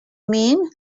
mean